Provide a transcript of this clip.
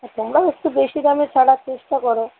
তা তোমরাও একটু বেশি দামে ছাড়ার চেষ্টা করো